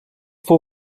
fou